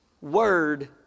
word